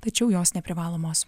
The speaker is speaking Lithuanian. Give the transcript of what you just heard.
tačiau jos neprivalomos